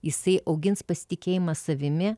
jisai augins pasitikėjimą savimi